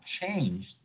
changed